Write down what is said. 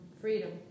freedom